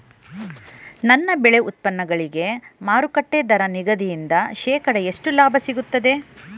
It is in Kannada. ನನ್ನ ಬೆಳೆ ಉತ್ಪನ್ನಗಳಿಗೆ ಮಾರುಕಟ್ಟೆ ದರ ನಿಗದಿಯಿಂದ ಶೇಕಡಾ ಎಷ್ಟು ಲಾಭ ಸಿಗುತ್ತದೆ?